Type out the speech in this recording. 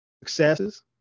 successes